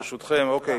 אוקיי.